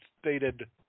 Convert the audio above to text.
stated